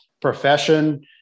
profession